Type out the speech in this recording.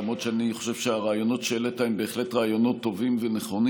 למרות שאני חושב שהרעיונות שהעלית הם בהחלט רעיונות טובים ונכונים.